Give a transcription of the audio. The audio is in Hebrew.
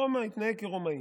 ברומא התנהג כרומאי.